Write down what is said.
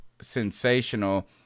sensational